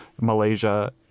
Malaysia